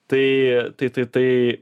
tai tai tai tai